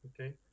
okay